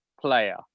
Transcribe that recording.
player